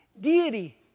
Deity